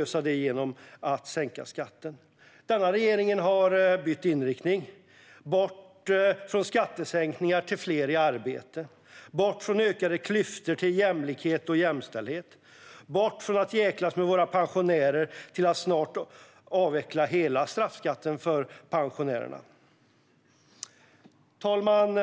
av form, genom att sänka skatten. Denna regering har bytt inriktning. Den har gått från skattesänkningar till fler i arbete, från ökade klyftor till jämlikhet och jämställdhet och från att jäklas med våra pensionärer till att snart avveckla hela straffskatten för pensionärerna. Fru talman!